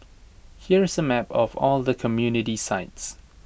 here is A map of all the community sites